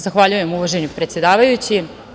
Zahvaljujem, uvaženi predsedavajući.